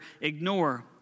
ignore